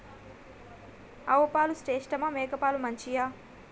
ఆవు పాలు శ్రేష్టమా మేక పాలు మంచియా?